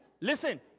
Listen